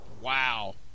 wow